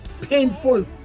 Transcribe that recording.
painful